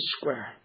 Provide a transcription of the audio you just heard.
Square